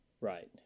Right